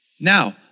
Now